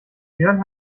jörn